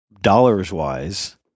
dollars-wise